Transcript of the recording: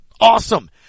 awesome